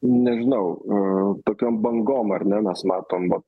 nežinau tokiom bangom ar ne mes matom